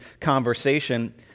conversation